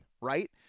right